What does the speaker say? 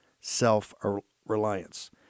self-reliance